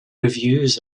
reviews